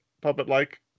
puppet-like